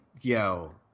yo